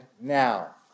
now